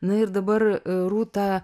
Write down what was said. na ir dabar rūta